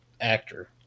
actor